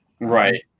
right